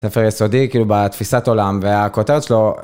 ספר יסודי כאילו בתפיסת עולם והכותרת שלו.